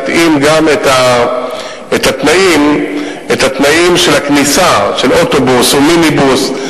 להתאים גם את התנאים של הכניסה של אוטובוס ומיניבוס,